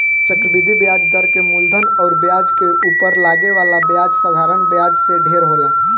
चक्रवृद्धि ब्याज दर के मूलधन अउर ब्याज के उपर लागे वाला ब्याज साधारण ब्याज से ढेर होला